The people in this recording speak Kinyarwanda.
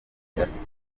yasabye